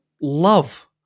love